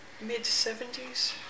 mid-70s